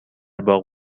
باغ